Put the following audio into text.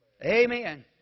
Amen